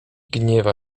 gniewa